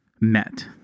met